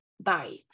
Bye